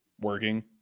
working